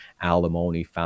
alimony